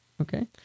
okay